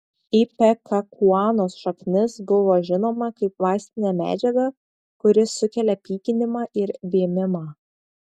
ipekakuanos šaknis buvo žinoma kaip vaistinė medžiaga kuri sukelia pykinimą ir vėmimą